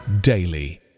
daily